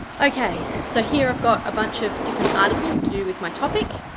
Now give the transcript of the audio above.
okay, so here i've got a bunch of different articles to do with my topic,